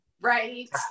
right